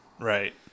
Right